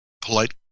polite